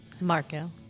Marco